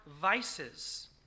vices